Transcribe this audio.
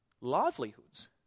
livelihoods